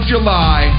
July